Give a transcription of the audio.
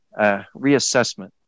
reassessment